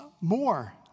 more